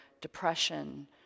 depression